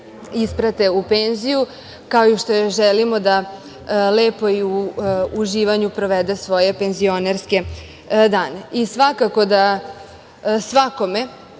isprate u penziju, kao što joj želimo da lepo i u uživanju provede svoje penzionerske dane. Svako ko je svoju